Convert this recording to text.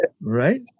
Right